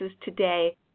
today